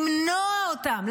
למנוע אותם,